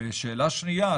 שאלה שנייה.